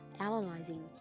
analyzing